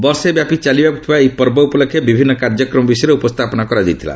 ବର୍ଷେ ବ୍ୟାପୀ ଚାଲିବାକ୍ର ଥିବା ଏହି ପର୍ବ ଉପଲକ୍ଷେ ବିଭିନ୍ନ କାର୍ଯ୍ୟକ୍ରମ ବିଷୟରେ ଉପସ୍ଥାପନ କରାଯାଇଥିଲା